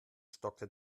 stockte